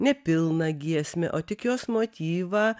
nepilną giesmę o tik jos motyvą